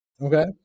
Okay